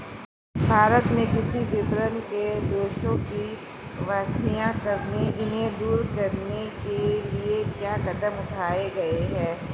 भारत में कृषि विपणन के दोषों की व्याख्या करें इन्हें दूर करने के लिए क्या कदम उठाए गए हैं?